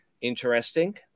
interesting